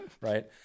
Right